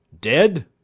Dead